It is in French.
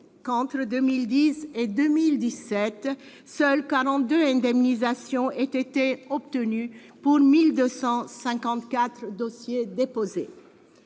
que, entre 2010 et 2017, seules 42 indemnisations ont été obtenues pour 1 245 dossiers déposés.